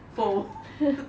pho